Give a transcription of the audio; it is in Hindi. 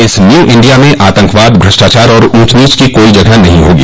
इस न्यू इण्डिया में आतंकवाद भ्रष्टाचार और ऊँच नीच की कोई जगह नहीं होगी